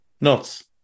Nuts